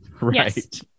Right